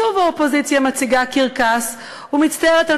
שוב האופוזיציה מציגה קרקס ומצטערת על